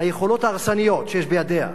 היכולות ההרסניות שיש בידיה,